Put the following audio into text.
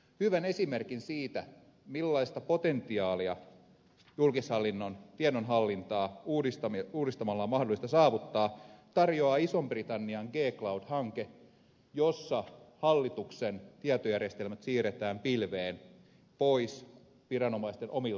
hyvän esimerkin siitä millaista potentiaalia julkishallinnon tiedonhallintaa uudistamalla on mahdollista saavuttaa tarjoaa ison britannian g cloud hanke jossa hallituksen tietojärjestelmät siirretään pilveen pois viranomaisten omista tietojärjestelmistä